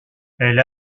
elle